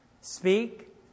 Speak